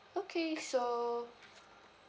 okay so